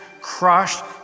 crushed